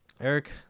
eric